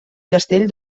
castell